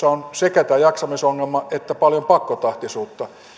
on sekä tämä jaksamisongelma että paljon pakkotahtisuutta